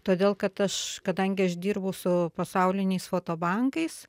todėl kad aš kadangi aš dirbu su pasauliniais foto bankais